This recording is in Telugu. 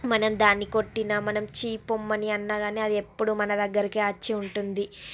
మనం దాన్ని కొట్టిన మనం ఛీ పొమ్మని అన్నా కానీ అది ఎప్పుడు మన దగ్గరికి వచ్చి ఉంటుంది